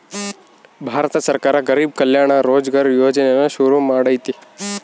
ಭಾರತ ಸರ್ಕಾರ ಗರಿಬ್ ಕಲ್ಯಾಣ ರೋಜ್ಗರ್ ಯೋಜನೆನ ಶುರು ಮಾಡೈತೀ